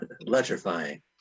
Electrifying